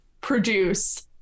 produce